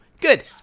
Good